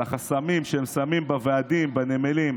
על החסמים ששמים בוועדים בנמלים.